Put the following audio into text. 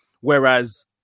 whereas